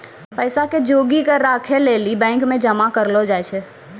पैसा के जोगी क राखै लेली बैंक मे जमा करलो जाय छै